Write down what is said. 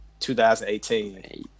2018